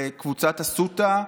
לקבוצת אסותא,